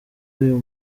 uyu